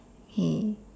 K